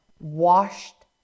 washed